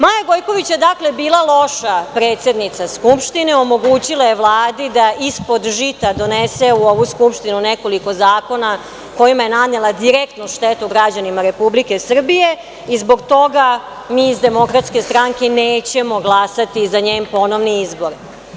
Maja Gojković je, dakle, bila loša predsednica Skupštine, omogućila je Vladi da ispod žita donese u ovu Skupštinu nekoliko zakona kojima je nanela direktnu štetu građanima Republike Srbije i zbog toga mi iz DS nećemo glasati za njen ponovni izbor.